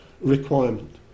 requirement